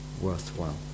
worthwhile